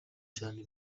cyane